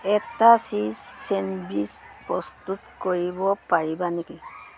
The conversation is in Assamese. এটা চীজ চেণ্ডৱিছ প্ৰস্তুত কৰিব পাৰিবা নেকি